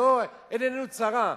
עיננו לא צרה,